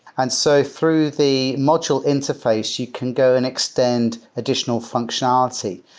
and so through the module interface, you can go and extend additional functionality.